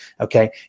Okay